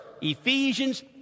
Ephesians